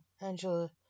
Angela